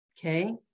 Okay